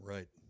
Right